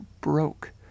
broke